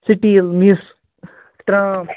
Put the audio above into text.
steel مِس ترٛام